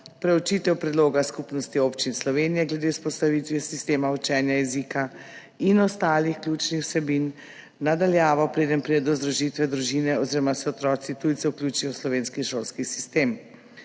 preučitev predloga Skupnosti občin Slovenije glede vzpostavitve sistema učenja jezika in ostalih ključnih vsebin na daljavo, preden pride do združitve družine oziroma se otroci tujcev vključijo v slovenski šolski sistem,